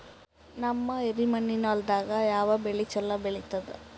ನಮ್ಮ ಎರೆಮಣ್ಣಿನ ಹೊಲದಾಗ ಯಾವ ಬೆಳಿ ಚಲೋ ಬೆಳಿತದ?